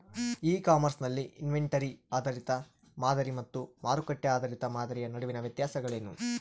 E commerce ನಲ್ಲಿ inventory ಆಧಾರಿತ ಮಾದರಿ ಮತ್ತು ಮಾರುಕಟ್ಟೆ ಆಧಾರಿತ ಮಾದರಿಯ ನಡುವಿನ ವ್ಯತ್ಯಾಸಗಳೇನು?